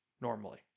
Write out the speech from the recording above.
normally